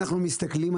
מסתכלים,